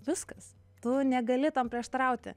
viskas tu negali tam prieštarauti